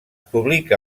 publica